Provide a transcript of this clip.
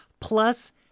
plus